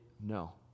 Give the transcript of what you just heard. no